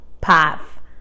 path